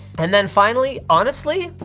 and then finally, honestly,